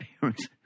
parents